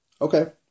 Okay